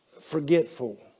forgetful